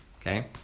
okay